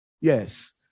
Yes